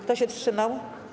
Kto się wstrzymał?